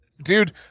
Dude